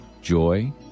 joy